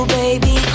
baby